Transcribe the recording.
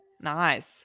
Nice